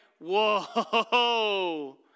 whoa